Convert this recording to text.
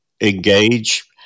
engage